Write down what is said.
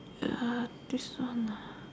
ya this one lah